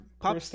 pop